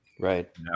right